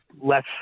less